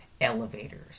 elevators